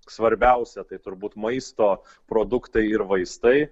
svarbiausia tai turbūt maisto produktai ir vaistai